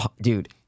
Dude